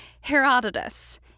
Herodotus